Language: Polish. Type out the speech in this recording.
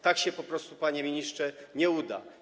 To się po prostu, panie ministrze, nie uda.